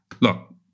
Look